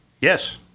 Yes